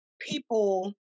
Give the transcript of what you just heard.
people